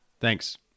Thanks